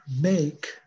make